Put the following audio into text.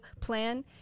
plan